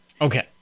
Okay